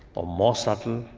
ah more subtle,